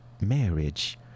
marriage